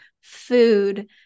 food